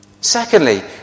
Secondly